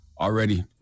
already